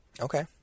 Okay